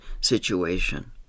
situation